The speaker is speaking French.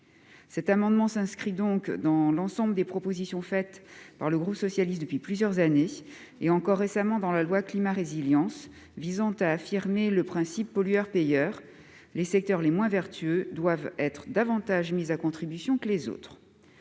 Cet amendement s'inscrit donc dans l'ensemble des propositions faites par le groupe socialiste depuis plusieurs années, et encore récemment dans le cadre de la loi Climat et résilience, visant à affirmer le principe « pollueur-payeur »: les secteurs les moins vertueux doivent être davantage mis à contribution que les autres.